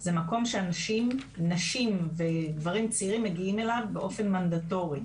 זה מקום שאנשים נשים וגברים צעירים מגיעים אליו באופן מנדטורי.